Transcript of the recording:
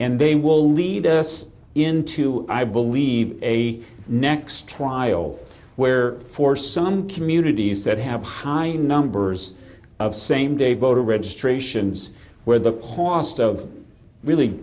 and they will lead us into i believe a next trial where for some communities that have high numbers of same day voter registrations where the postie of really